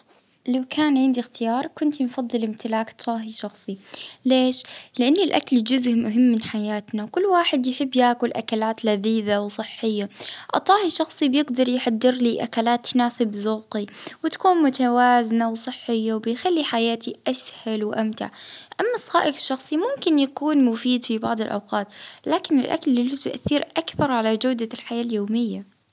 اه نختار الطهي بالمنزل اه لأنا نعرف مكوناته ونضمن الجودة.